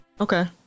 Okay